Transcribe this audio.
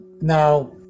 Now